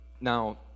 Now